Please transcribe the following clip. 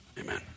amen